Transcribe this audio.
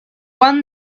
won